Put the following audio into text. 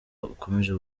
ukomeje